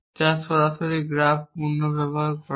যা সরাসরি গ্রাফ পুনর্ব্যবহার করা হয়